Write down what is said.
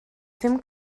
ddim